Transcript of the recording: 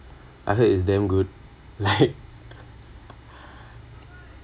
I heard is damn good like